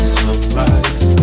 sunrise